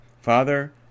Father